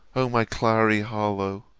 o my clary harlowe,